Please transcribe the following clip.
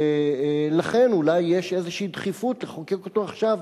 ולכן אולי יש איזו דחיפות לחוקק אותו עכשיו,